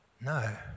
No